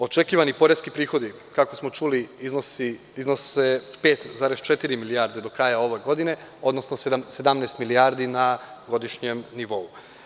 Očekivani poreski prihodi, kako smo čuli, iznose 5,4 milijarde do kraja ove godine, odnosno 17 milijardi na godišnjem nivou.